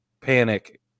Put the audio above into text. panic